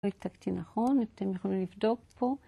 לא העתקתי נכון, אתם יכולים לבדוק פה,